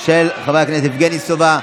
תתביישו לכם.